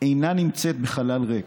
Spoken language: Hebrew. אינה נמצאת בחלל ריק.